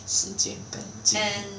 时间跟精